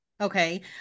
okay